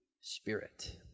Spirit